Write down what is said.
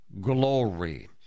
glory